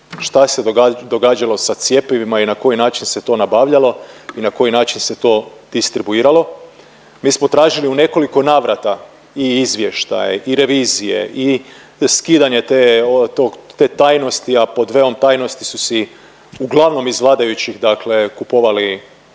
šta se događalo sa cjepivima i na koji način se to nabavljalo i na koji način se to distribuiralo. Mi smo tražili u nekoliko navrata i izvještaje i revizije i skidanje te, tog, te tajnosti, a pod velom tajnosti su si uglavnom iz vladajućih dakle kupovali